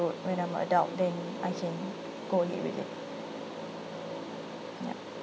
when I'm adult then I can go ahead with it yup